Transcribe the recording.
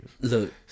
Look